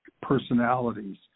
personalities